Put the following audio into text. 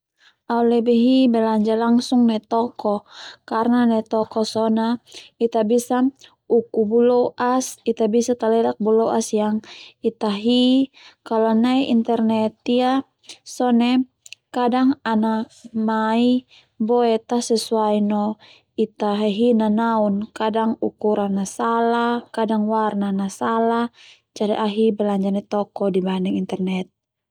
Au lebe hi belanja langsung nai toko karna nai tokoh so na Ita bisa uku buloas Ita bisa talelak buloas yang Ita hi, kalo nai internet ia sone kadang ana mai boe ta sesuai no ita hahi nanaun kadang ukuran a salah kadang warna na salah jadi au hi belanja nai toko di banding internet.